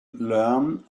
learn